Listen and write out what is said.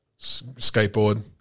skateboard